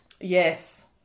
Yes